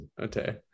Okay